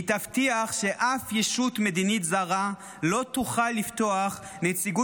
היא תבטיח שאף ישות מדינית זרה לא תוכל לפתוח נציגות